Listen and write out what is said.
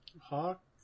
Hawk